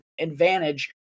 advantage